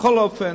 בכל אופן,